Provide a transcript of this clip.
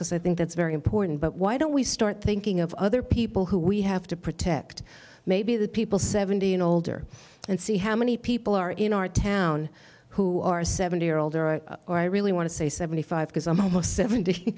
because i think that's very important but why don't we start thinking of other people who we have to protect maybe the people seventy and older and see how many people are in our town who are seventy or older are or i really want to say seventy five because i'm almost seventy